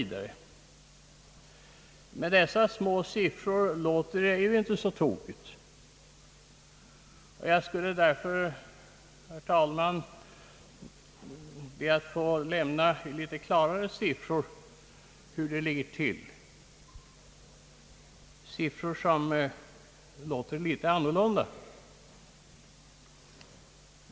Med dessa låga siffror låter det ju inte så illa. Jag skulle därför, herr talman, vilja lämna något klarare siffror som visar hur det verkligen ligger till, siffror som är litet mer begripliga.